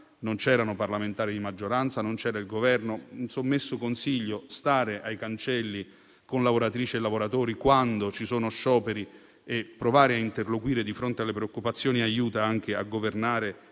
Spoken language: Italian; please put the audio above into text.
non c'erano parlamentari di maggioranza né c'era il Governo. Quindi do un sommesso consiglio: stare ai cancelli con lavoratrici e lavoratori quando ci sono scioperi e provare a interloquire di fronte alle preoccupazioni aiuta anche a governare